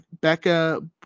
Becca